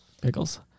pickles